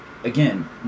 Again